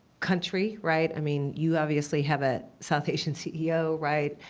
country, right? i mean, you obviously have a south-asian ceo, right?